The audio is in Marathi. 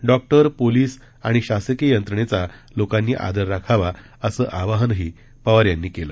डॉक्टि पोलिस आणि शासकीय यंत्रणेचा लोकांनी आदर राखावा असं आवाहनही पवार यांनी केलं